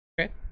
okay